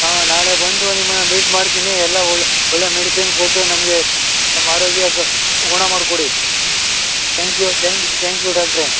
ಹಾಂ ನಾಳೆ ಬಂದು ನಿಮ್ಮನ್ನು ಮೀಟ್ ಮಾಡ್ತೀನಿ ಎಲ್ಲ ಒಳ್ಳೆಯ ಮೆಡಿಷಿನ್ ಕೊಟ್ಟು ನಮಗೆ ನಮ್ಮ ಆರೋಗ್ಯ ಗುಣ ಮಾಡಿಕೊಡಿ ತ್ಯಾಂಕ್ ಯು ತ್ಯಾಂಕ್ ಯು ಡಾಕ್ಟ್ರೇ